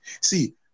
see